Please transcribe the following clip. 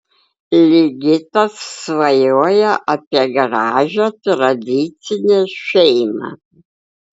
ligitas svajoja apie gražią tradicinę šeimą